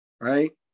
right